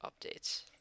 updates